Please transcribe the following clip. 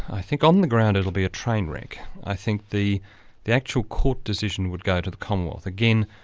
i think on the ground it'll be a train wreck. i think the the actual court decision would go to the commonwealth. again,